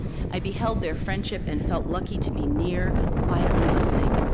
i beheld their friendship and felt lucky to be near quietly listening.